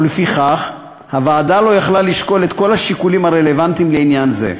ולפיכך הוועדה לא יכלה לשקול את כל השיקולים הרלוונטיים לעניין זה.